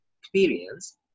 experience